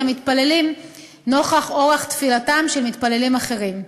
המתפללים נוכח אורח תפילתם של מתפללים אחרים.